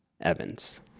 Evans